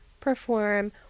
perform